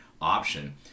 option